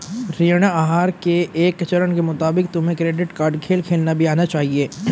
ऋण आहार के एक चरण के मुताबिक तुम्हें क्रेडिट कार्ड खेल खेलना भी आना चाहिए